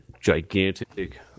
gigantic